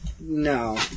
no